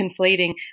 conflating